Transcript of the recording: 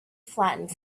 flattened